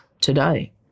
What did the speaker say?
today